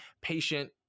patient